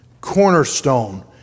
cornerstone